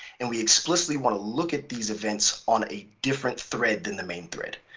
and we explicitly want to look at these events on a different thread than the main thread.